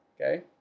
Okay